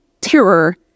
terror